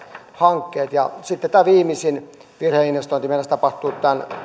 hankkeet sitten tämä viimeisin virheinvestointi meinasi tapahtua tämän